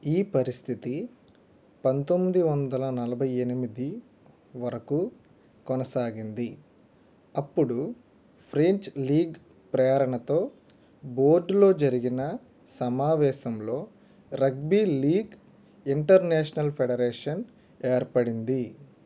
ఈ పరిస్థితి పంతొమ్మిది వందల నలభై ఎనిమిది వరకు కొనసాగింది అప్పుడు ఫ్రెంచ్ లీగ్ ప్రేరణతో బోర్డులో జరిగిన సమావేశంలో రగ్బీ లీగ్ ఇంటర్నేషనల్ ఫెడరేషన్ ఏర్పడింది